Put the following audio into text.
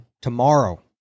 tomorrow